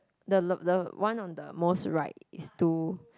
the the the one of the most right is two